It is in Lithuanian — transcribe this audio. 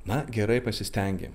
na gerai pasistengėm